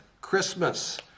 Christmas